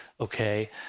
okay